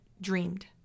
dreamed